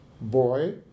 boy